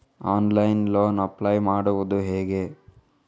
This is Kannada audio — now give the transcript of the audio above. ಆನ್ಲೈನ್ ಲೋನ್ ಅಪ್ಲೈ ಮಾಡುವುದು ಹೇಗೆ?